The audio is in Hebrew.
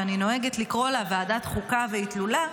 שאני נוהגת לקרוא לה ועדת חוקה ואטלולא,